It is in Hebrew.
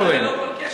אורן,